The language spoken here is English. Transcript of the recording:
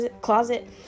closet